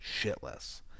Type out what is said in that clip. shitless